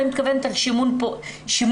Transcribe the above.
אני מתכוונת על שימור פוריות.